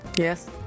Yes